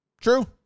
True